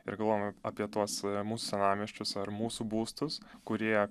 ir galvoju apie tuos mūsų senamiesčius ar mūsų būstus kurie